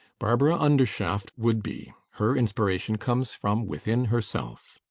barbara undershaft would be. her inspiration comes from within herself.